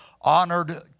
honored